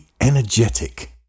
energetic